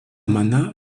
manà